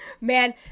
Man